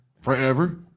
Forever